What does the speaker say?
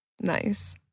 Nice